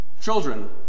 Children